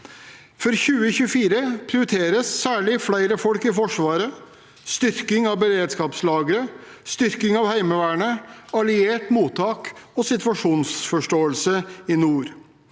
For 2024 prioriteres særlig flere folk i Forsvaret, styrking av beredskapslagre, styrking av Heimevernet, alliert mottak og situasjonsforståelse i nord.